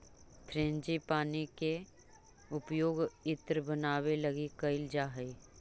frangipani के उपयोग इत्र बनावे लगी कैइल जा हई